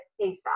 ASAP